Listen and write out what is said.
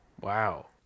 Wow